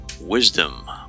wisdom